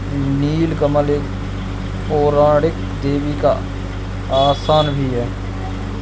नील कमल एक पौराणिक देवी का आसन भी है